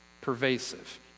pervasive